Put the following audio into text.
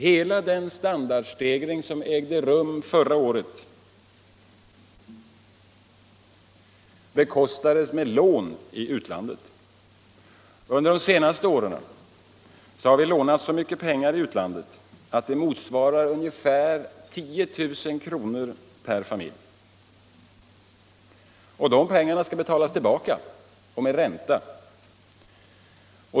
Hela den standardstegring som ägde rum förra året bekostades med lån i utlandet. Under de senaste åren har vi lånat så mycket pengar i utlandet att det motsvarar ungefär 10 000 kr. per familj. De pengarna skall betalas tillbaka och med ränta.